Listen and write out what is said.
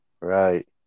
Right